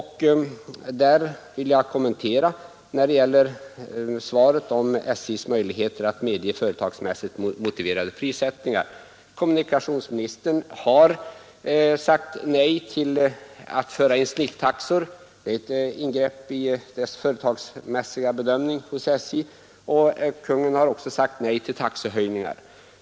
Här vill jag kommentera vad som nämns i svaret om SJ:s möjligheter att medge företagsmässigt motiverade prisnedsättningar. Kommunikationsministern har sagt nej till de i fjol införda snittaxorna — det är enligt SJ ett ingrepp i SJ:s företagsmässiga bedömning. Kungl. Maj:t har också sagt nej till taxehöjningar.